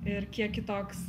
ir kiek kitoks